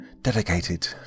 dedicated